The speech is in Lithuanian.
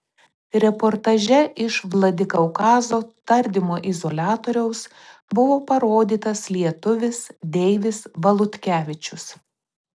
reportaže iš vladikaukazo tardymo izoliatoriaus buvo parodytas lietuvis deivis valutkevičius